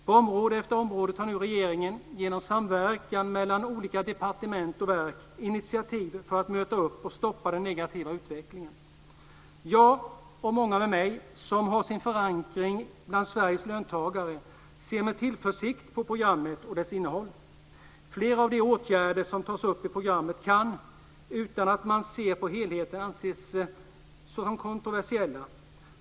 På område efter område tar nu regeringen genom samverkan mellan olika departement och verk initiativ för att möta och stoppa den negativa utvecklingen. Jag och många med mig som har sin förankring bland Sveriges löntagare ser med tillförsikt på programmet och dess innehåll. Flera av de åtgärder som tas upp i programmet kan, utan att förta helhetsintrycket, anses som kontroversiella.